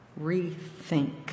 rethink